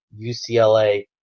UCLA